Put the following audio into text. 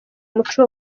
umuco